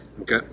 okay